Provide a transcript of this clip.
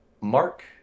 Mark